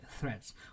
threats